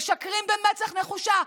משקרים במצח נחושה.